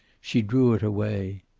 she drew it away.